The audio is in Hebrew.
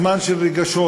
בזמן של רגשות,